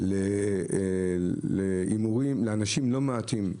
נחשפנו לאנשים ישרי דרך לא מעטים.